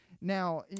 Now